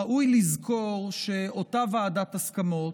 ראוי לזכור שאותה ועדת ההסכמות,